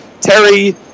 Terry